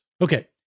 Okay